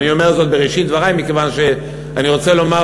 אני אומר זאת בראשית דברי מכיוון שאני רוצה לומר